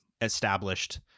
established